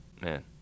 man